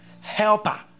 Helper